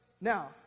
Now